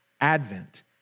Advent